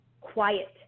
quiet